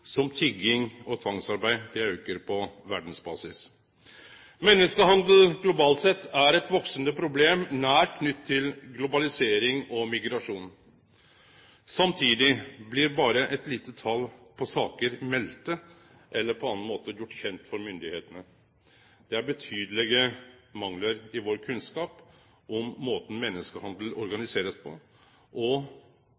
som tigging og tvangsarbeid, aukar på verdsbasis. Menneskehandel er globalt sett eit veksande problem, nært knytt til globalisering og migrasjon. Samtidig blir berre eit lite tal saker meldt eller på annan måte gjort kjent for myndigheitene. Det er betydelege manglar i vår kunnskap om måten menneskehandel